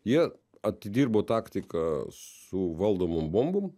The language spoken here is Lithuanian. jie atidirbo taktiką su valdomom bombom